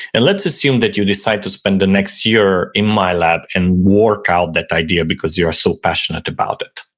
and let's assume that you decide to spend the next year in my lab and work out that idea because you are so passionate about it.